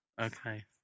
Okay